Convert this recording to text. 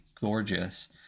gorgeous